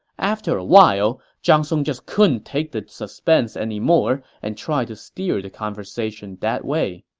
after a while, zhang song just couldn't take the suspense anymore and tried to steer the conversation that way